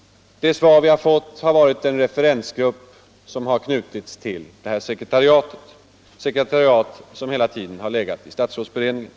Det svar vi fått har varit en referensgrupp som 29 maj 1975 knutits till sekretariatet för framtidsstudier — ett sekretariat som hela I tiden har legat i statsrådsberedningen.